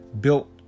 built